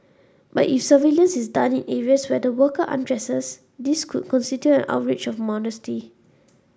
but if surveillance is done in areas where the worker undresses this could constitute an outrage of modesty